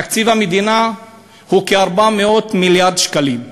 תקציב המדינה הוא כ-400 מיליארד שקלים,